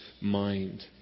mind